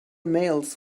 mails